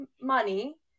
money